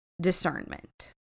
discernment